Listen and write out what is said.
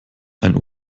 ein